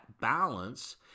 balance